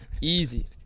easy